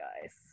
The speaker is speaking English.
guys